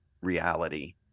reality